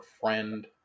friend